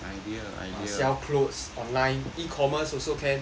ah sell clothes online e-commerce also can